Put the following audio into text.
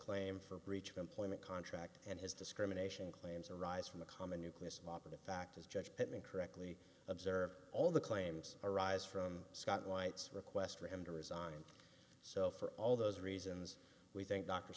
claim for breach of employment contract and his discrimination claims arise from the common nucleus mop of the factors judge pittman correctly observed all the claims arise from scott white's request for him to resign so for all those reasons we think dr